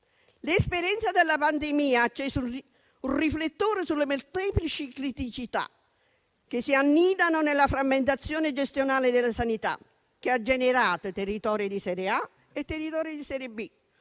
L'esperienza della pandemia ha acceso un riflettore sulle molteplici criticità che si annidano nella frammentazione gestionale della sanità, che ha generato territori di serie A e territori di serie B,